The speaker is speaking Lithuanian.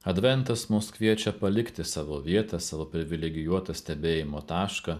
adventas mus kviečia palikti savo vietą savo privilegijuotą stebėjimo tašką